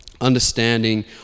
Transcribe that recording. understanding